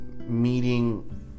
meeting